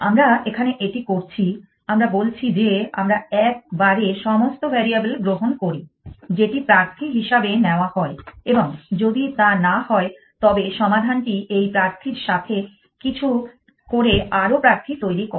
আমরা এখানে এটি করছি আমরা বলছি যে আমরা এক বারে সমস্ত ভ্যারিয়েবল গ্রহণ করি যেটি প্রার্থী হিসাবে নেওয়া হয় এবং যদি তা না হয় তবে সমাধানটি এই প্রার্থীর সাথে কিছু করে আরও প্রার্থী তৈরি করে